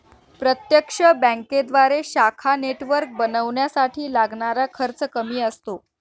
प्रत्यक्ष बँकेद्वारे शाखा नेटवर्क बनवण्यासाठी लागणारा खर्च कमी असतो